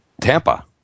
Tampa